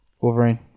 Wolverine